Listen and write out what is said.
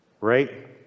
right